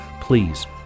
Please